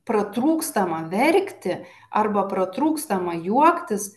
pratrūkstama verkti arba pratrūkstama juoktis